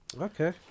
okay